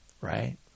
right